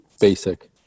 basic